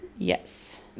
Yes